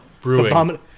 Brewing